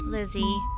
Lizzie